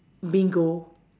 bingo